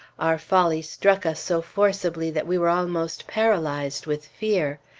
our folly struck us so forcibly that we were almost paralyzed with fear.